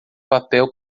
papel